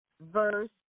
Verse